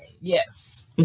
Yes